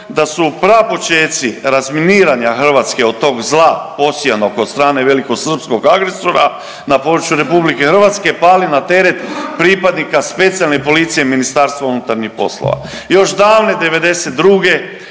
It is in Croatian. da su prapočeci razminiranja Hrvatske od tog zla posijanog od strane velikosrpskog agresora na području RH pali na teret pripadnika Specijalne policije MUP-a. Još davne '92.,